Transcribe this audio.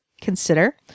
consider